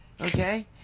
Okay